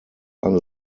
eine